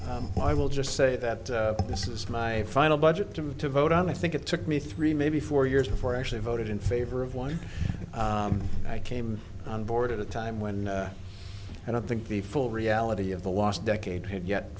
on i will just say that this is my final budget to move to vote on i think it took me three maybe four years before i actually voted in favor of one i came on board at a time when i don't think the full reality of the last decade had yet